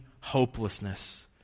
hopelessness